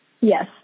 Yes